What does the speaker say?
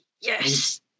Yes